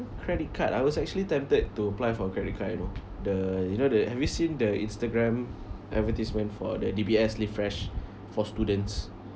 credit card I was actually tempted to apply for credit card you know the you know the have you seen the Instagram advertisement for the D_B_S live fresh for students